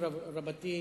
כפר-שלם.